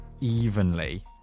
evenly